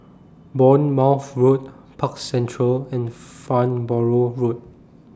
Bournemouth Road Park Central and Farnborough Road